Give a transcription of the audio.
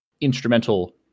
instrumental